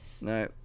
No